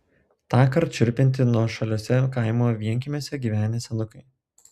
tąkart šiurpinti nuošaliuose kaimo vienkiemiuose gyvenę senukai